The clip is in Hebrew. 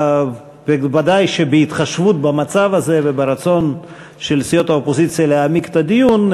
ודאי שבהתחשבות במצב הזה וברצון של סיעות האופוזיציה להעמיק את הדיון,